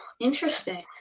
interesting